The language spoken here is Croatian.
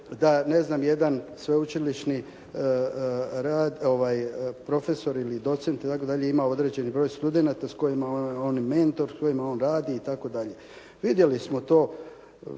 da ne znam jedan sveučilišni profesor ili docent ima određen broj studenata kojima je on mentor s kojima on radi itd. Vidjeli smo to,